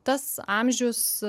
tas amžius